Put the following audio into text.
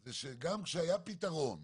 זה שגם כשהיה פתרון,